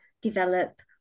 develop